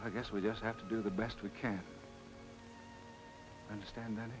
i guess we just have to do the best we can understand th